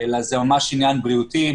אלא זה ממש עניין בריאותי,